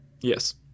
Yes